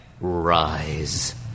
rise